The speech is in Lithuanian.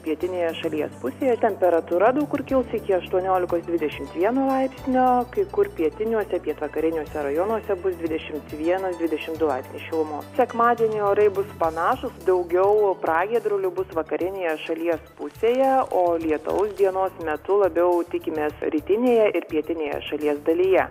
pietinėje šalies pusėje temperatūra daug kur kils iki aštuoniolikos dvidešimt vieno laipsnio kai kur pietiniuose pietvakariniuose rajonuose bus dvidešimt vienas dvidešimt du laipsniai šilumos sekmadienį orai bus panašūs daugiau pragiedrulių bus vakarinėje šalies pusėje o lietaus dienos metu labiau tikimės rytinėje ir pietinėje šalies dalyje